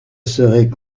serait